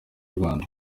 rwanda